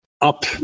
up